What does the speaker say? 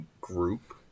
group